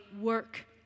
work